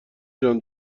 جان